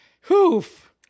Hoof